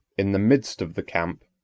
in the midst of the camp,